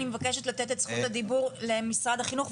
אני מבקשת לתת את זכות הדיבור למשרד החינוך.